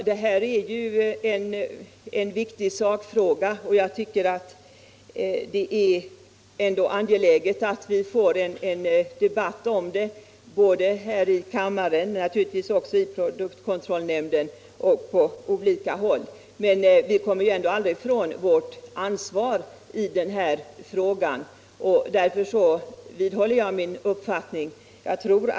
Herr talman! Detta är en mycket viktig sakfråga, och därför tycker jag det är angeläget att vi får en debatt om den både här i kammaren. i produktkontrollnämnden och på andra håll. Och vi kommer aldrig ifrån vårt ansvar. Jag vidhåller därför min uppfattning.